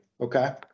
okay